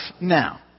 now